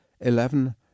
eleven